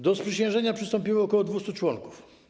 Do sprzysiężenia przystąpiło ok. 200 członków.